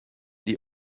die